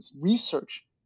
research